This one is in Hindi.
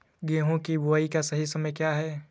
गेहूँ की बुआई का सही समय क्या है?